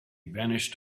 vanished